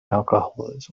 alcoholism